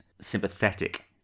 sympathetic